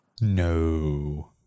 No